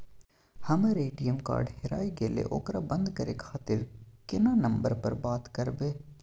हमर ATM card हेराय गेले ओकरा बंद करे खातिर केना नंबर पर बात करबे?